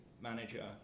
manager